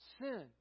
sin